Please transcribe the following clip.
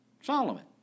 Solomon